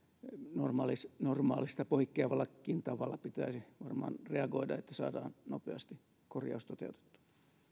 normaalista normaalista poikkeavallakin tavalla pitäisi varmaan reagoida että saadaan nopeasti korjaus toteutettua